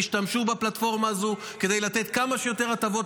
תשתמשו בפלטפורמה הזאת כדי לתת כמה שיותר הטבות